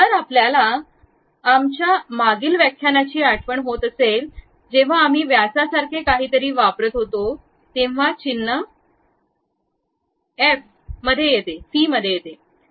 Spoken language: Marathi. जर आपल्याला आमच्या मागील व्याख्यानांची आठवण झाली असेल जेव्हा आम्ही व्यासासारखे काहीतरी वापरतो तेव्हा चिन्ह फि मध्ये येते